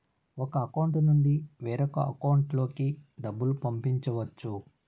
ఒక అకౌంట్ నుండి వేరొక అకౌంట్ లోకి డబ్బులు పంపించవచ్చు